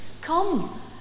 come